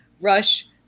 Rush